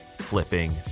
flipping